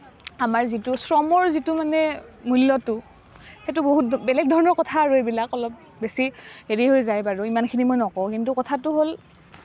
আমাৰ যিটো শ্ৰমৰ যিটো মানে মূল্যটো সেইটো বহুত বেলেগ ধৰণৰ কথা আৰু এইবিলাক অলপ বেছি হেৰি হৈ যায় বাৰু ইমানখিনি মই নকওঁ কিন্তু কথাটো হ'ল